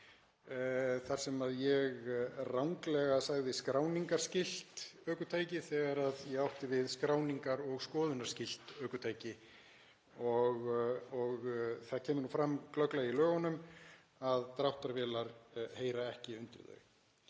þar sem ég sagði ranglega „skráningarskylt ökutæki“ þegar ég átti við skráningar- og skoðunarskylt ökutæki og það kemur nú glögglega fram í lögunum að dráttarvélar heyra ekki undir þau.